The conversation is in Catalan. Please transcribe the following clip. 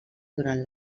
durant